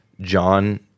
John